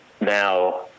now